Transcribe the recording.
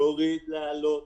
להוריד, להעלות,